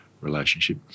relationship